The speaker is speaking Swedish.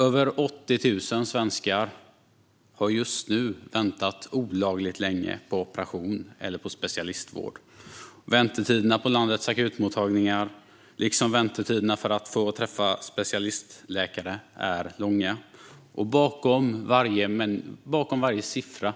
Över 80 000 svenskar har just nu väntat olagligt länge på operation eller specialistvård. Väntetiderna på landets akutmottagningar, liksom väntetiderna för att träffa specialistläkare, är långa. Bakom varje siffra